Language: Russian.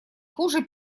хуже